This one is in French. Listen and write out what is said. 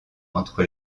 entre